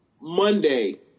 Monday